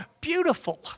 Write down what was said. beautiful